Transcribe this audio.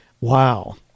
Wow